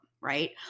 right